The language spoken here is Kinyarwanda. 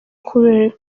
kubera